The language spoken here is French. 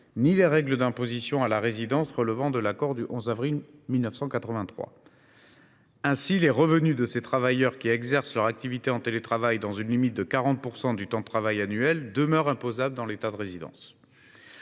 ni les règles d’imposition à la résidence relevant de l’accord du 11 avril 1983. Ainsi, les revenus de ces travailleurs qui exercent leur activité en télétravail dans une limite de 40 % du temps de travail annuel demeurent imposables dans l’État de résidence.